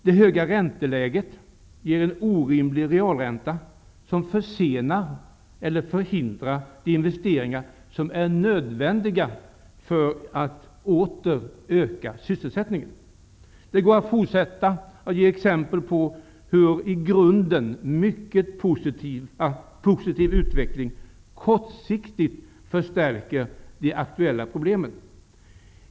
Den höga räntan ger en orimlig realränta, som försenar eller förhindrar de investeringar som är nödvändiga för att åter öka sysselsättningen. Det går att fortsätta att ge exempel på hur i grunden en mycket positiv utveckling kortsiktigt förstärker de aktuella problemen.